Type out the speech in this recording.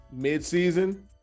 mid-season